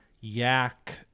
yak